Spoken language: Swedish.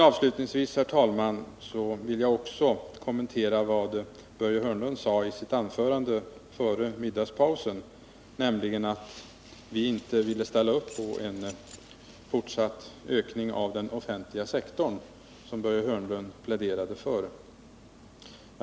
Avslutningsvis vill jag, herr talman, också kommentera vad Börje Hörnlund sade i sitt anförande före middagspausen, nämligen att vi inte skulle vilja ställa upp för en fortsatt ökning av den offentliga sektorn, något som Börje Hörnlund pläderade för.